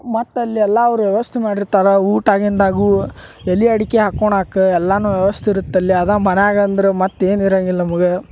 ಮತ್ತೆ ಅಲ್ಲೆಲ್ಲಾ ಅವ್ರು ವ್ಯವಸ್ಥೆ ಮಾಡಿರ್ತಾರೆ ಊಟ ಆಗಿಂದಾಗೂ ಎಲೆ ಅಡಿಕೆ ಹಾಕ್ಕೋಣಾಕ ಎಲ್ಲಾನೂ ವ್ಯವಸ್ಥೆ ಇರುತ್ತಲ್ಲಿ ಅದಾ ಮನ್ಯಾಗಂದ್ರ ಮತ್ತೇನು ಇರಂಗಿಲ್ಲ ನಮ್ಗೆ